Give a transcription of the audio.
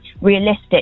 realistic